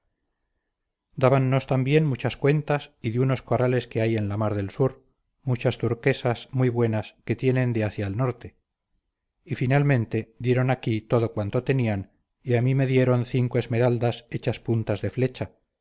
españa dábannos también muchas cuentas y de unos corales que hay en la mar del sur muchas turquesas muy buenas que tienen de hacia el norte y finalmente dieron aquí todo cuanto tenían y a mí me dieron cinco esmeraldas hechas puntas de flechas